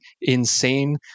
insane